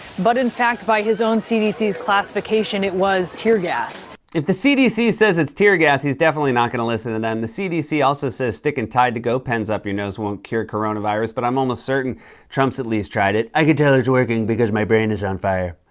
but in fact by his own cdc's classification, it was tear gas. if the cdc says it's tear gas, he's definitely not going to listen to them. the cdc also says sticking tide to-go pens up your nose won't cure coronavirus, but i'm almost certain trump's at least tried it. i can tell it's working because my brain is on fire.